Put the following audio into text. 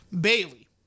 Bailey